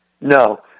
No